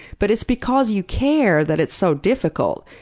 but it's because you care that it's so difficult.